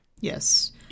yes